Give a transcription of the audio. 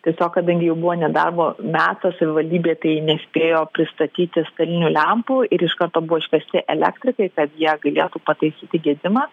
tiesiog kadangi jau buvo nedarbo metas savivaldybėje tai nespėjo pristatyti stalinių lempų ir iš karto buvo iškviesti elektrikai kad jie galėtų pataisyti gedimą